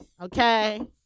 Okay